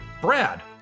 Brad